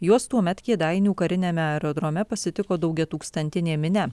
juos tuomet kėdainių kariniame aerodrome pasitiko daugiatūkstantinė minia